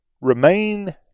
remain